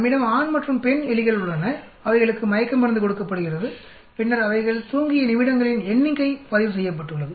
நம்மிடம் ஆண் மற்றும் பெண் எலிகள் உள்ளன அவைகளுக்கு மயக்க மருந்து கொடுக்கப்படுகிறது பின்னர்அவைகள் தூங்கிய நிமிடங்களின் எண்ணிக்கை பதிவு செய்யப்பட்டுள்ளது